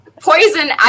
poison